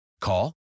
Call